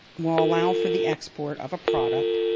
will allow for the export of a product